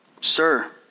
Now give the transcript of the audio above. Sir